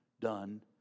done